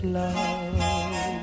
love